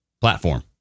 platform